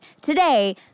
today